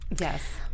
Yes